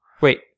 Wait